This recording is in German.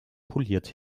poliert